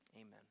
Amen